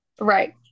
Right